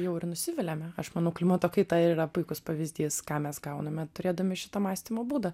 jau ir nusiviliame aš manau klimato kaita yra puikus pavyzdys ką mes gauname turėdami šitą mąstymo būdą